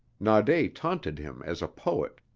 naude taunted him as a poet.